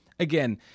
Again